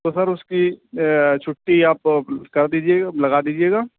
تو سر اس کی چھٹّی آپ کر دیجیے گا لگا دیجیے گا